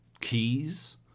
keys